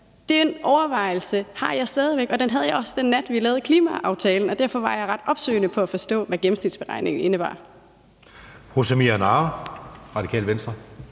den overvejelse har jeg stadig væk, og den havde jeg også, den nat vi lavede klimaaftalen, og derfor var jeg ret opsøgende på at forstå, hvad gennemsnitsberegning indebar.